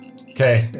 Okay